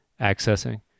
accessing